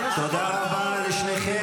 תודה רבה לשניכם.